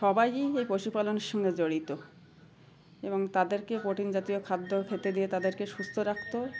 সবাইই এই পশুপালনের সঙ্গে জড়িত এবং তাদেরকে প্রোটিন জাতীয় খাদ্য খেতে দিয়ে তাদেরকে সুস্থ রাখতো